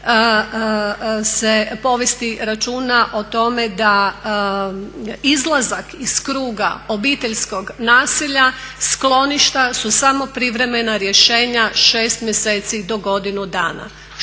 se povesti računa o tome da izlazak iz kruga obiteljskog nasilja, skloništa su samo privremena rješenja 6 mjeseci do godinu dana.